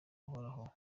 uhoraho